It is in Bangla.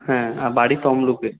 হ্যাঁ আর বাড়ি তমলুকে